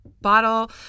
bottle